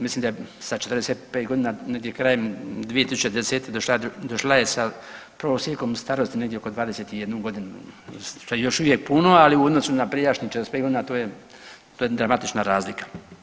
Mislim da je sa 45 godina, negdje krajem 2010. došla je sa prosjekom starosti negdje oko 21 godinu što je još uvijek puno, ali u odnosu na prijašnjih 45 godina to je dramatična razlika.